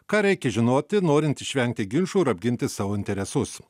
ką reikia žinoti norint išvengti ginčų ir apginti savo interesus